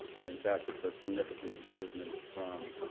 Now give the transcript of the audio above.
and in fact, it's a significant improvement from